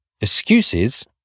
Excuses